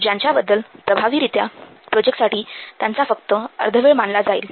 ज्यांच्याबद्दल प्रभावीरीत्या प्रोजेक्टसाठी त्यांचा फक्त अर्धवेळ मानला जाईल